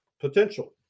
potential